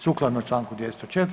Sukladno članku 204.